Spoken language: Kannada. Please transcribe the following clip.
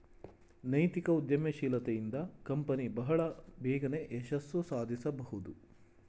ನೈತಿಕ ಉದ್ಯಮಶೀಲತೆ ಇಂದ ಕಂಪನಿ ಬಹಳ ಬೇಗನೆ ಯಶಸ್ಸು ಸಾಧಿಸಬಹುದು